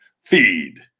Feed